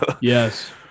yes